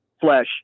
flesh